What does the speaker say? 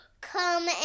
come